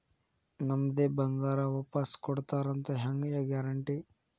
ನಮ್ಮದೇ ಬಂಗಾರ ವಾಪಸ್ ಕೊಡ್ತಾರಂತ ಹೆಂಗ್ ಗ್ಯಾರಂಟಿ?